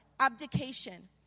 Abdication